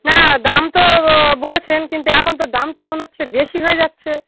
না দাম তো বলেছেন কিন্তু এখন তো দামটা মনে হচ্ছে বেশি হয়ে যাচ্ছে